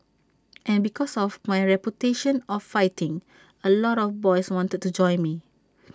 and because of my reputation of fighting A lot of boys wanted to join me